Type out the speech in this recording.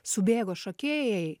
subėgo šokėjai